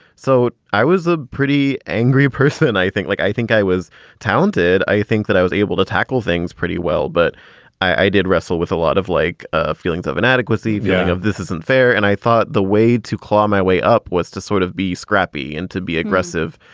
so i was a pretty angry person. i think like i think i was talented. i think that i was able to tackle things pretty well. but i did wrestle with a lot of like ah feelings of inadequacy. yeah. this isn't fair. and i thought the way to claw my way up was to sort of be scrappy and to be aggressive.